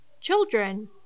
children